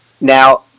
Now